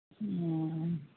ᱚᱻ